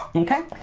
okay?